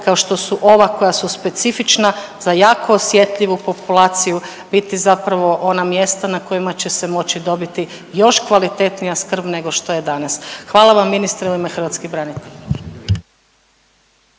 kao što su ova koja su specifična za jako osjetljivu populaciju biti zapravo ona mjesta na kojima će se moći dobiti još kvalitetnija skrb nego što je danas. Hvala vam ministre u ime hrvatskih branitelja.